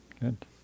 Good